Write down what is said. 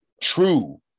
true